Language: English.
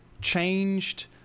changed